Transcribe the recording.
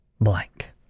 blank